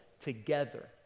together